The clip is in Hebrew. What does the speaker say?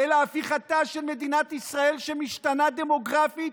אלא הפיכתה של מדינת ישראל, שמשתנה דמוגרפית,